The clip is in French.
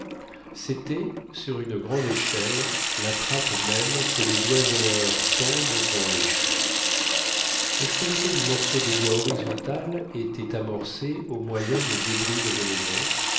c'était sur une grande échelle la trappe même que les oiseleurs tendent dans les champs l'extrémité du morceau de bois horizontal était amorcée au moyen de débris de venaison